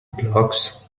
blocks